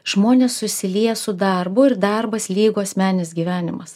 žmonės susilieja su darbu ir darbas lygu asmeninis gyvenimas